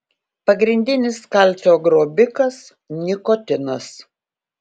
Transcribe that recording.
pagrindinis kalcio grobikas nikotinas